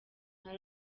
nka